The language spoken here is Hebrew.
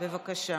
בבקשה.